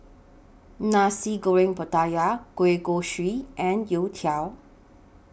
Nasi Goreng Pattaya Kueh Kosui and Youtiao